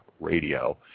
radio